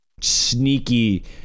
sneaky